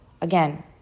Again